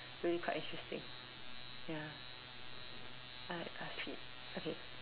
really quite interesting ya I like Buzzfeed okay